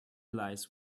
lies